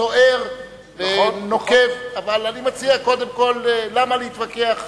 סוער ונוקב, אבל אני מציע, למה להתווכח?